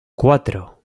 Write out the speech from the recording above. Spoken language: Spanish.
cuatro